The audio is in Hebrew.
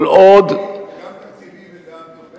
כל עוד, זה גם תקציבית וגם צוברת?